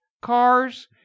cars